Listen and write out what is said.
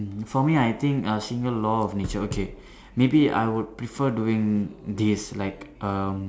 for me I think uh single law of nature okay maybe I would prefer doing this like um